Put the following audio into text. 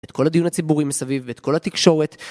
את כל הדיון הציבורי מסביב ואת כל התקשורת